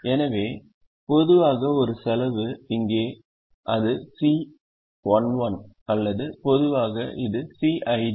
எனவே பொதுவாக ஒரு செலவு இங்கே அது C11 அல்லது பொதுவாக இது Cij ஆகும்